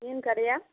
மீன் கடையா